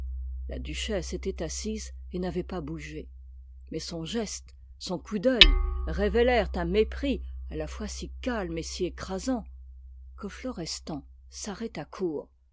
la duchesse était assise et n'avait pas bougé mais son geste son coup d'oeil révélèrent un mépris à la fois si calme et si écrasant que florestan s'arrêta court